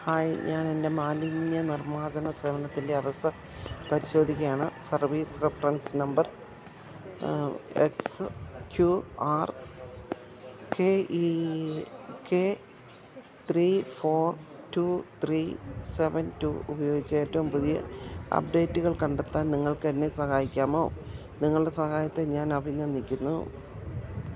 hi ഞാനെന്റെ മാലിന്യ നിർമ്മാർജന സേവനത്തിന്റെ അവസ്ഥ പരിശോധിക്കുകയാണ് service reference number X Q R K E K three four two three seven two ഉപയോഗിച്ച് ഏറ്റവും പുതിയ അപ്ഡേറ്റുകൾ കണ്ടെത്താൻ നിങ്ങൾക്കെന്നെ സഹായിക്കാമോ നിങ്ങളുടെ സഹായത്തെ ഞാൻ അഭിനന്ദിക്കുന്നു